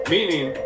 Meaning